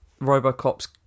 RoboCop's